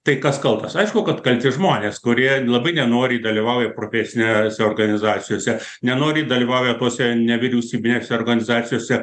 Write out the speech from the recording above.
tai kas kaltas aišku kad kalti žmonės kurie labai nenoriai dalyvauja profesinėse organizacijose nenoriai dalyvauja tose nevyriausybinėse organizacijose